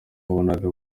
wabonaga